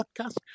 Podcast